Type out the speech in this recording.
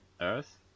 Earth